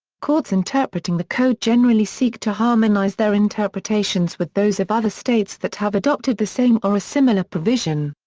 courts interpreting the code generally seek to harmonize their interpretations with those of other states that have adopted the same or a similar provision.